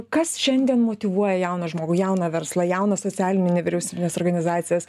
kas šiandien motyvuoja jauną žmogų jauną verslą jaunas socialinių nevyriausybines organizacijas